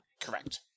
Correct